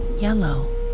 yellow